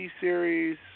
series